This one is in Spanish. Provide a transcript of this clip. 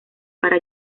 para